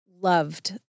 loved